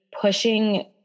pushing